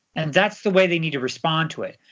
and that's the way they need to respond to it.